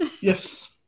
Yes